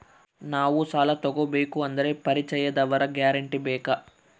ನಾವು ಸಾಲ ತೋಗಬೇಕು ಅಂದರೆ ಪರಿಚಯದವರ ಗ್ಯಾರಂಟಿ ಬೇಕಾ?